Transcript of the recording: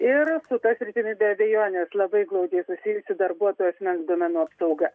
ir su ta sritimi be abejonės labai glaudžiai susijusi darbuotojų asmens duomenų apsauga